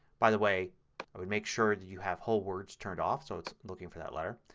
by the way i would make sure you have whole words turned off so it's looking for that letter.